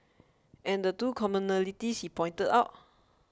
and the two commonalities he pointed out